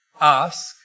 ask